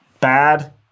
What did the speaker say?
Bad